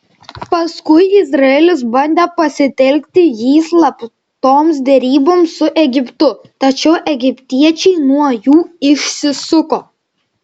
paskui izraelis bandė pasitelkti jį slaptoms deryboms su egiptu tačiau egiptiečiai nuo jų išsisuko